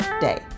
day